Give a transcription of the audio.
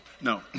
No